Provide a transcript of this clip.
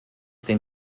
den